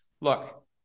Look